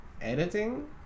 editing